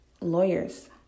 lawyers